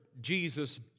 Jesus